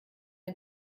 ein